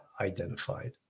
identified